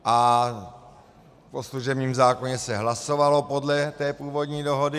O služebním zákoně se hlasovalo podle té původní dohody.